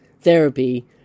therapy